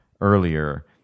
earlier